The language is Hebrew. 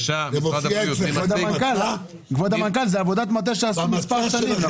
כבוד המנכ"ל, זה עבודת מטה שעשו במשך מספר שנים.